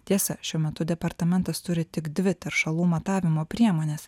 tiesa šiuo metu departamentas turi tik dvi teršalų matavimo priemones